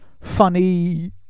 funny